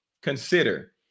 consider